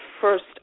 first